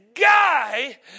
guy